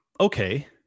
okay